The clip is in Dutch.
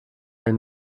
een